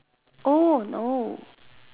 oh no